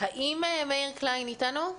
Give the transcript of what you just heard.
האם מאיר קליין איתנו?